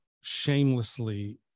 shamelessly